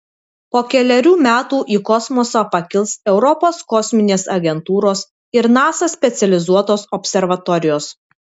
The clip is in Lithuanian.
po kelerių metų į kosmosą pakils europos kosminės agentūros ir nasa specializuotos observatorijos